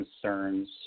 concerns